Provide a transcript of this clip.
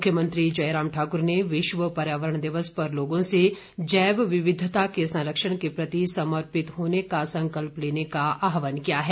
मुख्यमंत्री जयराम ठाकुर ने विश्व पर्यावरण दिवस पर लोगों से जैव विविधता के संरक्षण के प्रति समर्पित होने का संकल्प लेने का आहवान किया है